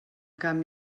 camp